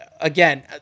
again